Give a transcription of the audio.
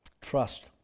Trust